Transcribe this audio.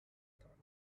thought